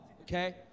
okay